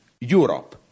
Europe